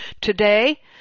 Today